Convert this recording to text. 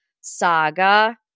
saga